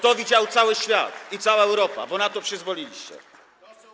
To widział cały świat, cała Europa, bo na to przyzwoliliście.